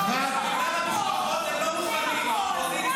להביא חוק אחר -- אבל המשפחות פה מחכות.